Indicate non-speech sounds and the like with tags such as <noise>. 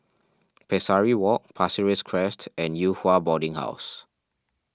<noise> Pesari Walk Pasir Ris Crest and Yew Hua Boarding House